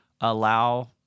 allow